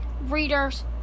readers